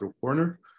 corner